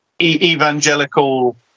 evangelical